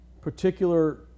particular